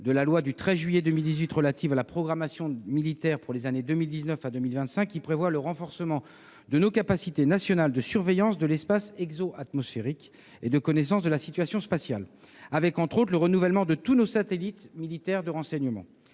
de la loi du 13 juillet 2018 relative à la programmation militaire pour les années 2019 à 2025, qui prévoit le renforcement de nos capacités nationales de surveillance de l'espace exoatmosphérique et de connaissance de la situation spatiale, par le biais, entre autres, du renouvellement de tous nos satellites militaires de renseignement.